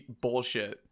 bullshit